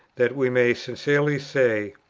that we may sincerely say,